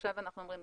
עכשיו אנחנו אומרים,